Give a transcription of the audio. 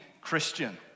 Christian